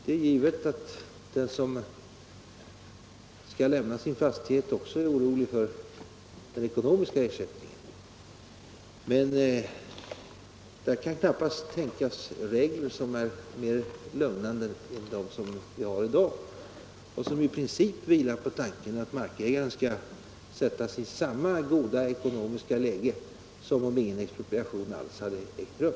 Det är givet att den som skall lämna sin fastighet också är orolig för den ekonomiska ersättningen, men det kan knappast tänkas några regler som är mer lugnande än dem vi har i dag och som i princip vilar på tanken, att markägaren skall sättas i samma goda ekonomiska läge som om ingen expropriation alls hade ägt rum.